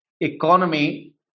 economy